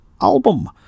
album